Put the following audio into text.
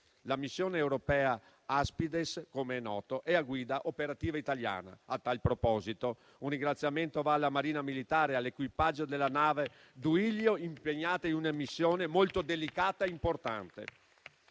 La missione europea Aspides, come è noto, è a guida operativa italiana. A tal proposito, un ringraziamento va alla Marina militare e all'equipaggio della nave Duilio, impegnata in una missione molto delicata e importante.